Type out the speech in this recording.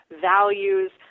values